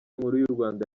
y’urwanda